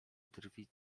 drwić